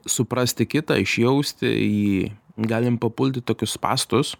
suprasti kitą išjausti jį galime papult į tokius spąstus